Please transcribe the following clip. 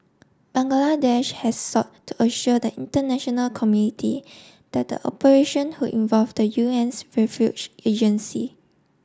Bangladesh has sought to assure the international community that the operation would involve the UN's refuge agency